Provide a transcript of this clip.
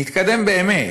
נתקדם באמת.